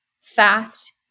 fast